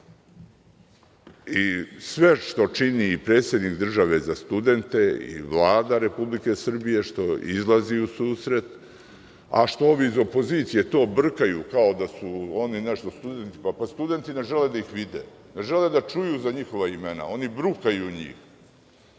Sve što čini predsednik države za studente i Vlada Republike Srbije što izlazi u susret, a što ovi iz opozicije to brkaju kao da su oni nešto studentima, pa studenti ne žele da ih vide, ne žele da čuju za njihova imena, oni brukaju njih. Ne